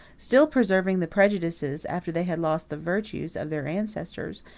still preserving the prejudices, after they had lost the virtues, of their ancestors,